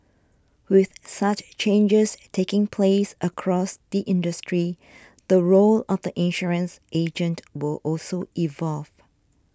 with such changes taking place across the industry the role of the insurance agent will also evolve